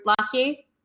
lucky